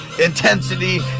intensity